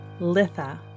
Litha